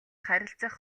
харилцах